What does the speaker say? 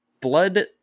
blood